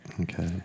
Okay